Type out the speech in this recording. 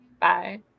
bye